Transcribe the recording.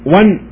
one